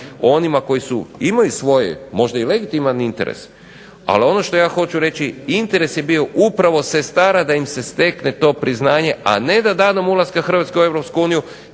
onima koji su, imaju svoj možda i legitiman interes. Ali ono što ja hoću reći interes je bio upravo sestara da im se stekne to priznanje, a ne da danom ulaska Hrvatske u EU